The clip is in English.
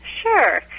Sure